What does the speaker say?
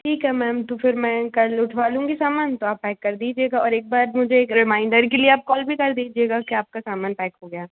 ठीक है मैम तो फिर मैं कल उठवा लूँगी समान तो आप पैक कर दीजिएगा और एक बार मुझे एक रिमाइन्डर के लिए आप कौल भी कर दीजिएगा कि आपका सामान पैक हो गया